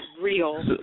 real